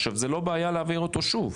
עכשיו זו לא בעיה להעביר אותו שוב,